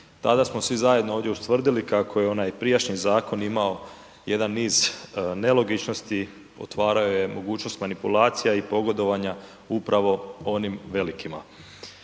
Tada smo svi zajedno ovdje ustvrdili kako je onaj prijašnji zakon imao jedan niz nelogičnosti, otvarao je mogućnost manipulacija i pogodovanja upravo onim velikima.